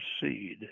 seed